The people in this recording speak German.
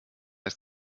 ist